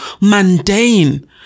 mundane